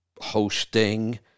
hosting